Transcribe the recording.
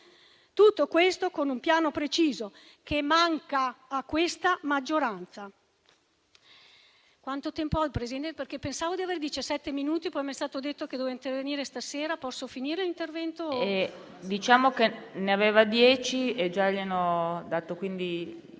tutto questo con un piano preciso, che però manca a questa maggioranza.